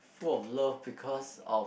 full of love because of